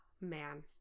Man